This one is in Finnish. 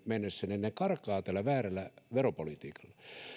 mennessä karkaavat tällä väärällä veropolitiikalla